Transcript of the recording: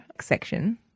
section